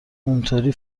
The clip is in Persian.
اونحوری